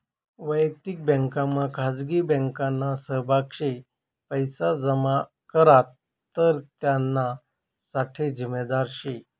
वयक्तिक बँकमा खाजगी बँकना सहभाग शे पैसा जमा करात तर त्याना साठे जिम्मेदार शे